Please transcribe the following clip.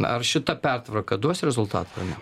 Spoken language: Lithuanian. ar šita pertvarka duos rezultatą ar ne